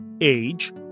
age